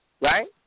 right